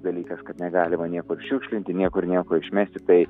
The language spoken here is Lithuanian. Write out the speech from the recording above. dalykas kad negalima niekur šiukšlinti niekur nieko išmesti tai